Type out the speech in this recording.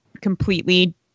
completely